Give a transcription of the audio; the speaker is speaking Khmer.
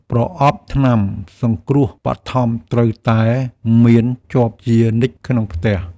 ប្រអប់ថ្នាំសង្គ្រោះបឋមត្រូវតែមានជាប់ជានិច្ចក្នុងផ្ទះ។